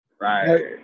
Right